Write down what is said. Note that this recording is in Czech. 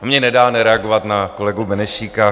Mně nedá nereagovat na kolegu Benešíka.